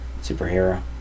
superhero